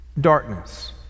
Darkness